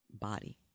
body